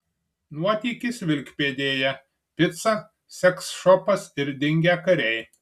nuotykis vilkpėdėje pica seksšopas ir dingę kariai